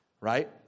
right